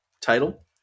title